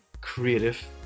creative